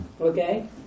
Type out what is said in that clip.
Okay